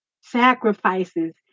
sacrifices